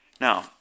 Now